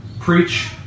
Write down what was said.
Preach